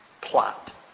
plot